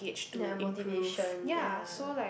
ya motivation ya